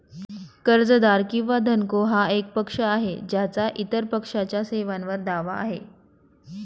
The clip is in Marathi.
कर्जदार किंवा धनको हा एक पक्ष आहे ज्याचा इतर पक्षाच्या सेवांवर दावा आहे